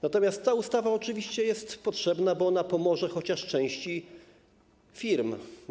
Natomiast ta ustawa oczywiście jest potrzebna, bo pomoże chociaż części firm.